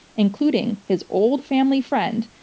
including his old family friend,